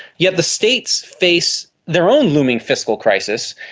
yet the states face their own looming fiscal crisis,